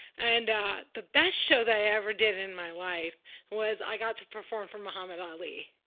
and the best show that i ever did in my life was i got to perform for muhammad ali.